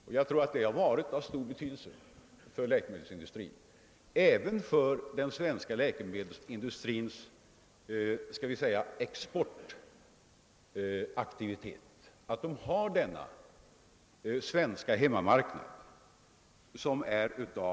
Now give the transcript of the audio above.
Det har säkerligen varit av stor betydelse även för den svenska läkemedelsindustrins exportaktivitet att ha denna svenska hemmamarknad.